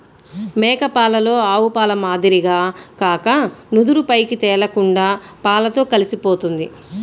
మేక పాలలో ఆవుపాల మాదిరిగా కాక నురుగు పైకి తేలకుండా పాలతో కలిసిపోతుంది